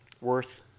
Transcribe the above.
worth